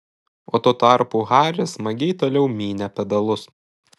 o tuo tarpu haris smagiai toliau mynė pedalus